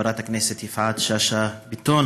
חברת הכנסת יפעת שאשא ביטון